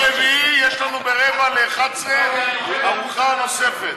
ביום רביעי יש לנו ב-10:45 ארוחה נוספת.